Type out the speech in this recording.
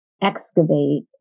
excavate